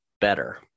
better